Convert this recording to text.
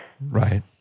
right